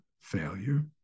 failure